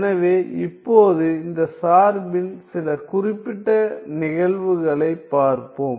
எனவே இப்போது இந்த சார்பின் சில குறிப்பிட்ட நிகழ்வுகளைப் பார்ப்போம்